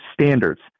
standards